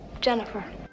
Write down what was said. Jennifer